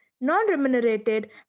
non-remunerated